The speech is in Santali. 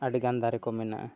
ᱟᱹᱰᱤᱜᱟᱱ ᱫᱟᱨᱮ ᱠᱚ ᱢᱮᱱᱟᱜᱼᱟ